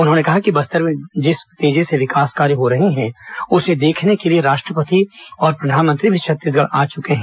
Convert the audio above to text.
उन्होंने कहा कि बस्तर में जिस तेजी से विकास कार्य हो रहे हैं उसे देखने के लिए राष्ट्रपति और प्रधानमंत्री भी छत्तीसगढ़ आ चुके हैं